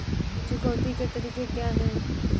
चुकौती के तरीके क्या हैं?